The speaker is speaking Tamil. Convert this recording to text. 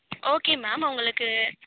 ஓகே மேம் உங்களுக்கு